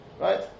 Right